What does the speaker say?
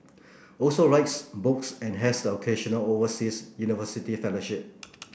also writes books and has the occasional overseas university fellowship